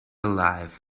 alive